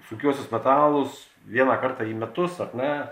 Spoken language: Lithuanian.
sunkiuosius metalus vieną kartą į metus ar ne